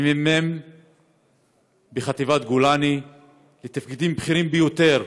ממ"מ בחטיבת גולני ועד תפקידים בכירים ביותר